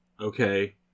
Okay